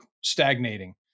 stagnating